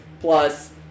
plus